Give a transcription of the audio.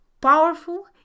powerful